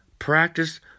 Practice